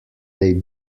they